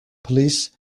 police